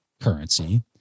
currency